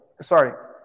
Sorry